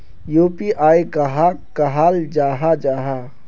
UPI कहाक कहाल जाहा जाहा?